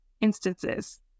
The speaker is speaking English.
instances